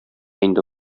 инде